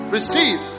Receive